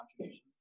contributions